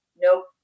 Nope